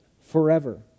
forever